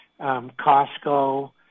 Costco